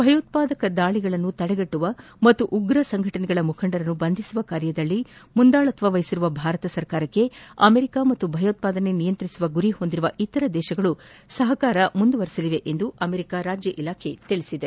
ಭಯೋತ್ವಾದನೆ ದಾಳಗಳನ್ನು ತಡೆಗಟ್ಟುವ ಮತ್ತು ಉಗ್ರ ಸಂಘಟನೆಗಳ ಮುಖಂಡರನ್ನು ಬಂಧಿಸುವ ಕಾರ್ಯದಲ್ಲಿ ಮುಂದಾಳತ್ವ ವಹಿಸಿರುವ ಭಾರತಕ್ಕೆ ಅಮೆರಿಕ ಮತ್ತು ಭಯೋತ್ಪಾದನೆ ನಿಯಂತ್ರಿಸುವ ಗುರಿ ಹೊಂದಿರುವ ಇತರ ರಾಷ್ಟಗಳು ಸಹಕಾರ ಮುಂದುವರಿಯಲಿದೆ ಎಂದು ಅಮೆರಿಕ ರಾಜ್ಯ ಇಲಾಖೆ ತಿಳಿಸಿದೆ